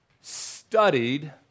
studied